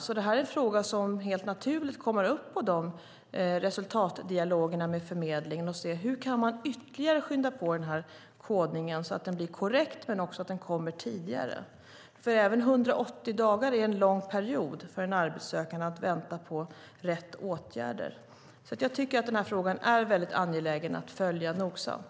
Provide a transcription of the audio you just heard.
Detta är alltså en fråga som helt naturligt kommer upp på resultatdialogerna med Arbetsförmedlingen: Hur kan man ytterligare skynda på kodningen, så att den blir korrekt men också kommer tidigare? Även 180 dagar är en lång period för en arbetssökande i väntan på rätt åtgärder. Jag tycker att frågan är väldigt angelägen att följa nogsamt.